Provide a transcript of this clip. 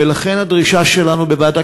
ולכן, הדרישה שלנו בוועדת